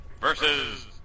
versus